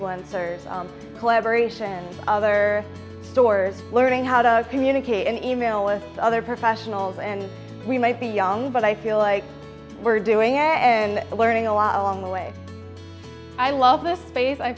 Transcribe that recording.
serves collaboration and other stores learning how to communicate and e mail it to other professionals and we might be young but i feel like we're doing and learning a lot along the way i love this space i